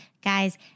Guys